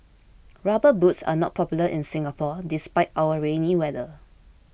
rubber boots are not popular in Singapore despite our rainy weather